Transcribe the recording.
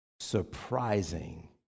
Surprising